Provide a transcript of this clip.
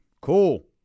Cool